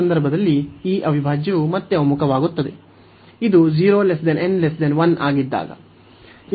ಈ ಸಂದರ್ಭದಲ್ಲಿ ಈ ಅವಿಭಾಜ್ಯವು ಮತ್ತೆ ಒಮ್ಮುಖವಾಗುತ್ತದೆ ಇದು 0 n 1 ಆಗಿದ್ದಾಗ